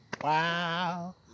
wow